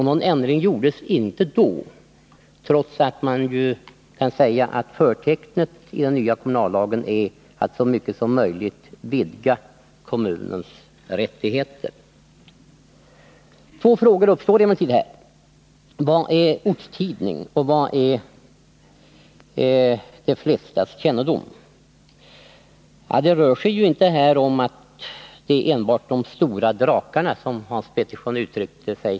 Några ändringar gjordes inte, trots att förtecknet i den nya kommunallagen är att man så mycket som möjligt skall vidga kommunernas rättigheter. Två frågor uppstår emellertid här: Vad är ortstidningar? Och vad är ”de flestas kännedom”? Det rör sig här inte enbart om de stora drakarna, som Hans Petersson uttryckte sig.